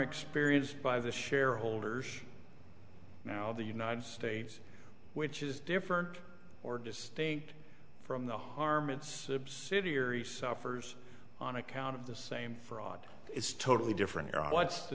experienced by the shareholders now the united states which is different or distinct from the harmons subsidiary suffers on account of the same fraud is totally different here what's the